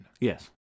Yes